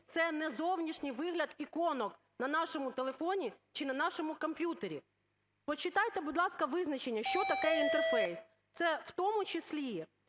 це не зовнішній вигляд іконок на нашому телефоні чи на нашому комп'ютері. Почитайте, будь ласка, визначення, що таке інтерфейс. Це в тому числі,